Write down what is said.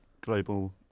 global